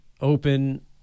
open